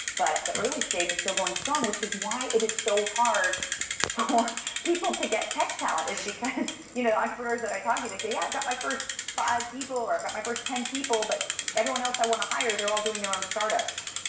but the early stage is still going strong, which is why it is so hard for people to get tech talent, is because you know entrepreneurs that i talk to they say, yeah, i've got my first five people, or i've got my first ten people, but everyone else i want to hire, they're all doing their own startups.